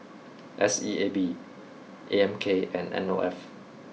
S E A B A M K and N O F